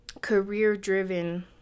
career-driven